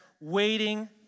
waiting